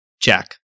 jack